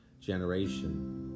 generation